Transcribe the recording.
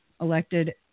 elected